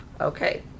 Okay